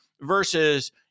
versus